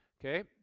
Okay